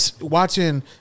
watching